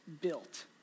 built